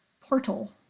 portal